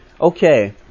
Okay